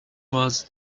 was